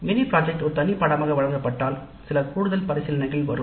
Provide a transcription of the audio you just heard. mini திட்டம் ஒரு தனி பாடமாக வழங்கப்பட்டால் சில கூடுதல் பரிசீலனைகள் வரும்